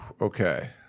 Okay